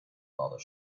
farther